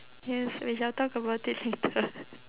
yes we shall talk about it later